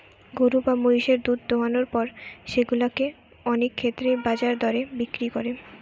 গরু বা মহিষের দুধ দোহানোর পর সেগুলা কে অনেক ক্ষেত্রেই বাজার দরে বিক্রি করে